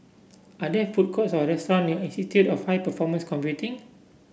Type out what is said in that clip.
are there food courts or restaurants near Institute of High Performance Computing